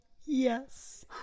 Yes